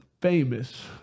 famous